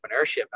entrepreneurship